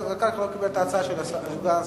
וחבר הכנסת זחאלקה לא קיבל את ההצעה של סגן השר.